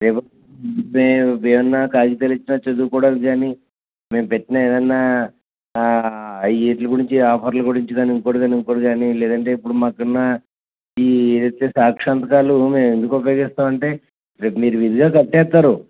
ఏమైన కాగితాలు ఇచ్చిన చదువుకోవడానికి కానీ మేము పెట్టినవి ఏమన్న వీటి గురించి ఆఫర్లు గురించి కానీ ఇంకోటి ఇంకోటి కానీ లేదంటే మాకు ఉన్న సాక్షి సంతకాలు మేము ఎందుకు ఉపయోగిస్తాం అంటే రేపు విధిగా కట్టేస్తారు